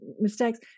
mistakes